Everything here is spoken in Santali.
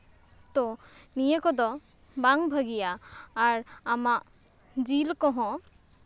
ᱛᱳ ᱱᱤᱭᱟᱹ ᱠᱚᱫᱚ ᱵᱟᱝ ᱵᱷᱟ ᱜᱤᱭᱟ ᱟᱨ ᱟᱢᱟᱜ ᱡᱤᱞ ᱠᱚᱦᱚᱸ